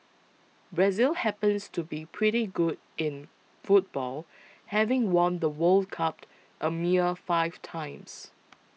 Brazil happens to be pretty good in football having won the World Cupped a mere five times